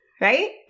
Right